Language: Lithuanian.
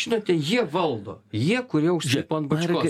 žinote jie valdo jie kurie užlipo an bačkos